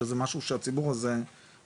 שזה משהו שהציבור הזה דורש,